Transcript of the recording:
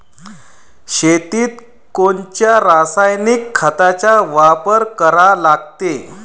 शेतीत कोनच्या रासायनिक खताचा वापर करा लागते?